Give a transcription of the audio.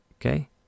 Okay